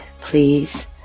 please